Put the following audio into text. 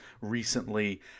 recently